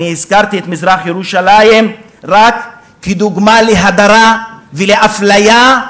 אני הזכרתי את מזרח-ירושלים רק כדוגמה להדרה ולאפליה,